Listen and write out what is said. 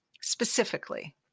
Specifically